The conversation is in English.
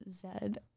Zed